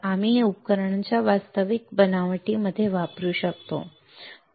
तर आम्ही ते उपकरणांच्या वास्तविक बनावटीमध्ये वापरू शकतो ठीक आहे